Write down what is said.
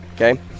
okay